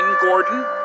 Gordon